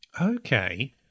Okay